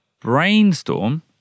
brainstorm